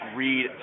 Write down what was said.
read